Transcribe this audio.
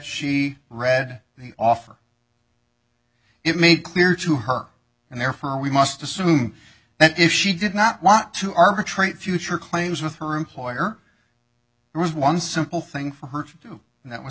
she read the offer it made clear to her and therefore we must assume that if she did not want to arbitrate future claims with her employer there was one simple thing for her to do and that was